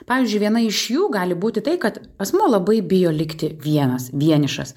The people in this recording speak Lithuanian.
pavyzdžiui viena iš jų gali būti tai kad asmuo labai bijo likti vienas vienišas